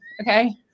Okay